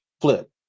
flip